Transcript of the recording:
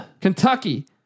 Kentucky